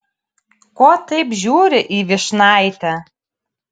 ko taip žiūri į vyšnaitę